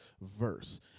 verse